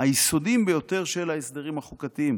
היסודיים ביותר של ההסדרים החוקתיים,